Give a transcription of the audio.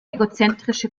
egozentrische